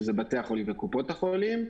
שהם בתי החולים וקופות החולים.